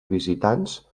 visitants